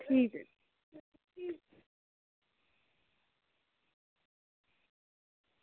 ठीक ऐ